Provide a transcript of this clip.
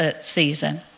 season